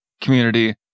community